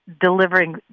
delivering